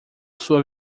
sua